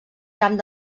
camp